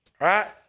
right